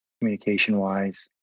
communication-wise